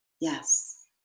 yes